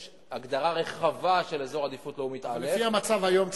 יש הגדרה רחבה של אזור עדיפות לאומית א' לפי המצב היום,